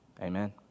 Amen